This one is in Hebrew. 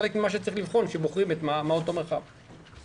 זה חלק ממה שצריך לבחון כשבוחרים מה הוא אותו מרחב מוגן.